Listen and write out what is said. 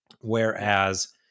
Whereas